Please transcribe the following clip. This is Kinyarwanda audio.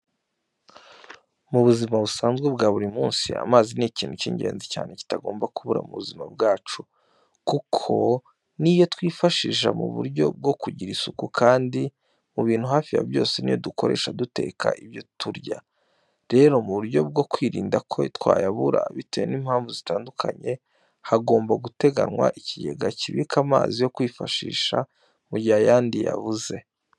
Mu buzima busanzwe bwa buri munsi amazi ni ikintu cy'ingenzi cyane kitagomba kubura mu buzima bwacu, kuko ni yo twifashisha mu buryo bwo kugira isuku kandi mu bintu hafi ya byose, ni yo dukoresha duteka ibyo kurya. Rero mu buryo bwo kwirinda ko twayabura bitewe n'impamvu zitandukanye, hagomba guteganwa ikigega kibika amazi yo kwifashisha mu gihe ayandi yabuze.